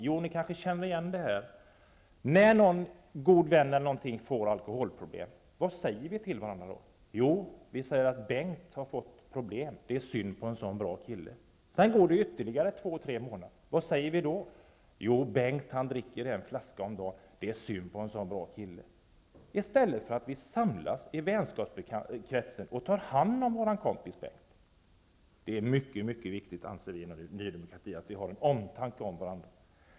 Jo, ni kanske känner igen situationen när en god vän får alkoholproblem. Vad säger vi då till varandra? Jo, Bengt har fått problem -- det är synd på en så bra kille. Det går två tre månader, och vad säger vi då? Jo, Bengt dricker en flaska om dagen -- det är synd på en så bra kille. I stället borde vi samlas i vänskapskretsen och ta hand om vår kompis. Det är mycket viktigt att vi har en omtanke om varandra.